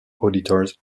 auditors